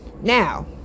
Now